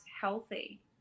healthy